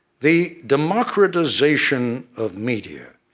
the democratization of media,